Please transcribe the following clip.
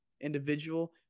individual